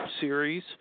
Series